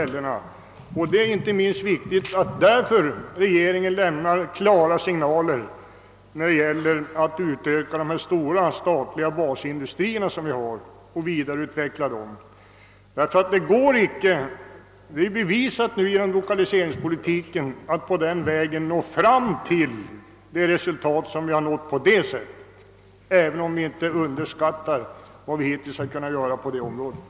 Inte minst ur denna synpunkt är det viktigt att regeringen ger klara signaler för utvidgningen och vidareutvecklingen av de stora statliga basindustrierna. Det är nämligen bevisat att det inte är möjligt att nå tillräckligt långt genom en lokaliseringspolitik av det slag som hittills förts, även om vi inte skall underskatta de vunna resultaten.